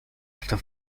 after